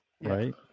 right